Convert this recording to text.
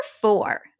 four